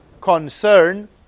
concern